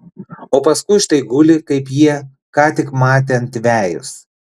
o paskui štai guli kaip jie ką tik matė ant vejos